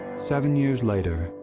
seven years later,